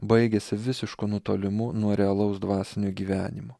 baigiasi visišku nutolimu nuo realaus dvasinio gyvenimo